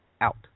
out